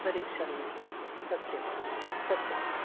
परीक्षा निमित्तं सत्यं सत्यम्